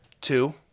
two